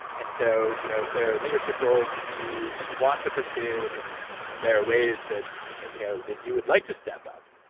and so, you know if there are leadership roles that you want to pursue, if there are ways that that you know you would like to step up,